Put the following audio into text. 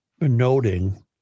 noting